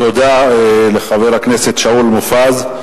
תודה לחבר הכנסת שאול מופז,